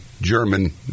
German